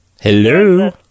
Hello